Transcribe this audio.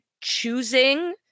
choosing